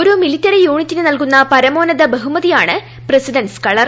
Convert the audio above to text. ഒരു മിലിട്ടിറി യൂണിറ്റിന് നൽകുന്ന പരമോന്നത ബഹുമതിയാണ് പ്രസിഡന്റ്സ് കളർ